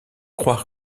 croire